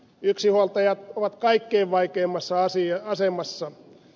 yksinhuoltajat ovat kaikkein vaikeimmassa asemassa